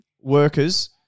workers